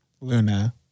Luna